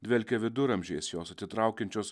dvelkia viduramžiais jos atitraukiančios